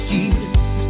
Jesus